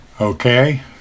Okay